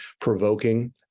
provoking